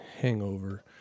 Hangover